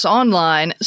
online